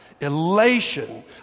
elation